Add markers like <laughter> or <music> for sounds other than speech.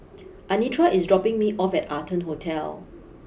<noise> Anitra is dropping me off at Arton Hotel